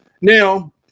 Now